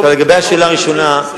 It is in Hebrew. לגבי השאלה ראשונה,